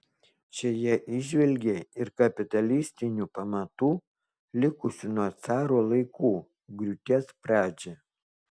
čia jie įžvelgė ir kapitalistinių pamatų likusių nuo caro laikų griūties pradžią